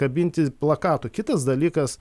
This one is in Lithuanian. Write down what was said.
kabinti plakatų kitas dalykas